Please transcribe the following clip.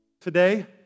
Today